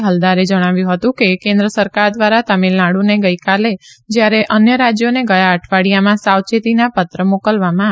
ફલ્દારે જણાવ્યું હતું કે કેન્દ્ર સરકાર દ્વારા તમિલનાડુને ગઈકાલે જ્યારે અન્ય રાજ્યોને ગયા અઠવાડિયામાં સાવચેતીના પત્ર મોકલવામાં આવ્યા હતા